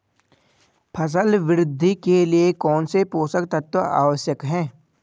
फसल वृद्धि के लिए कौनसे पोषक तत्व आवश्यक हैं?